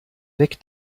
weg